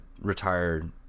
retired